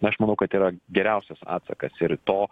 aš manau kad yra geriausias atsakas ir to